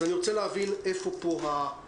אז אני רוצה להבין איפה פה הבעיה.